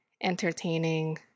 entertaining